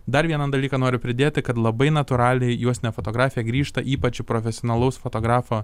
dar vieną dalyką noriu pridėti kad labai natūraliai juostinė fotografija grįžta ypač profesionalaus fotografo